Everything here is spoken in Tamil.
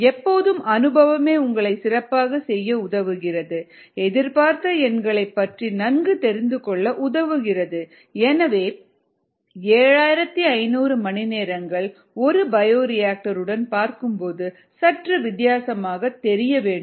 எப்போதும் அனுபவமே உங்களைச் சிறப்பாகச் செய்ய உதவுகிறது எதிர்பார்த்த எண்களைப் பற்றி நன்கு தெரிந்துகொள்ள உதவுகிறது எனவே 7500 மணிநேரங்கள் ஒரு பயோரியாக்டர் உடன் பார்க்கும்போது சற்று வித்தியாசமாகத் தெரிய வேண்டும்